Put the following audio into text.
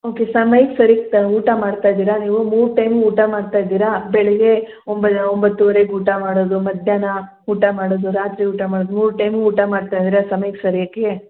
okay ಸಮಯಕ್ಕೆ ಸರಿಗ್ ಊಟ ಮಾಡ್ತಾ ಇದ್ದೀರಾ ನೀವು ಮೂರು ಟೈಮ್ ಊಟ ಮಾಡ್ತಾಯಿದ್ದೀರಾ ಬೆಳಿಗ್ಗೆ ಒಂಬ ಒಂಬತ್ತುವರೆಗೆ ಊಟ ಮಾಡೋದು ಮಧ್ಯಾಹ್ನ ಊಟ ಮಾಡೋದು ರಾತ್ರಿ ಊಟ ಮಾಡೋದು ಮೂರು ಟೈಮ್ಗೆ ಊಟ ಮಾಡ್ತಾಯಿದ್ದೀರಾ ಸಮಯಕ್ಕೆ ಸರಿಯಾಗಿ